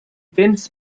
tens